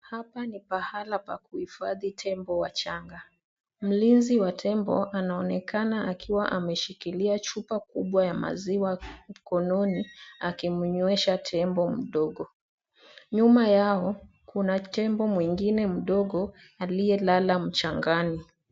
Hapa ni pahala pa kuhifahdhi tembo wachanga, mlinzi wa tembo anaonekana akiwa ameshikilia chupa kubwa ya maziwa mkononi akimnyoesha tembo mdogo. Nyuma yao kuna tembo mwingine mdogo aliyelala mchangani.